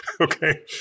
okay